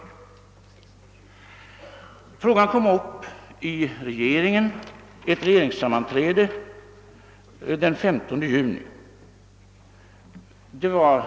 Frågan togs upp i regeringen vid ett sammanträde den 15 juni 1945.